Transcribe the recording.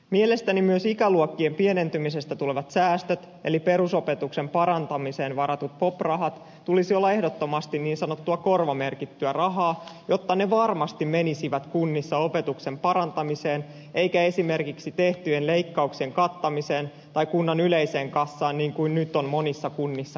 mielestäni myös ikäluokkien pienentymisestä tulevien säästöjen eli perusopetuksen parantamiseen varattujen pop rahojen tulisi olla ehdottomasti niin sanottua korvamerkittyä rahaa jotta ne varmasti menisivät kunnissa opetuksen parantamiseen eivätkä esimerkiksi tehtyjen leikkauk sien kattamiseen tai kunnan yleiseen kassaan niin kuin nyt on monissa kunnissa käynyt